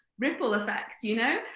ripple effect, you know?